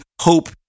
hope